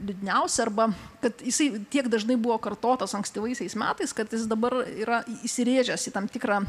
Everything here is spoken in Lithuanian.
liūdniausia arba kad jisai tiek dažnai buvo kartotas ankstyvaisiais metais kad jis dabar yra įsirėžęs į tam tikrą